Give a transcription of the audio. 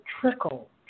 trickle